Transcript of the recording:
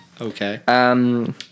Okay